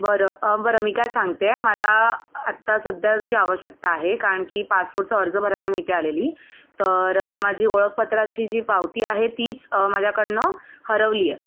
बरं बरं मी काय सांगते मला आत्ता सध्या त्याची आवश्यकता आहे कारण की पासपोटचा अर्ज भरायला मी इथे आलेली तर माझी ओळखपत्राची जी पावती आहे तीच माझ्याकडनं हरवली आहे